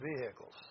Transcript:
vehicles